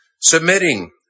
submitting